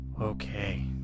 Okay